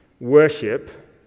worship